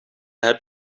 heb